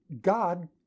God